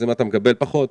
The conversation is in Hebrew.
אם אתה מקבל פחות,